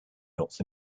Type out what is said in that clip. north